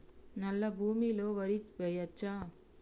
నల్లా భూమి లో వరి వేయచ్చా?